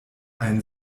ein